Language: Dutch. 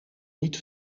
niet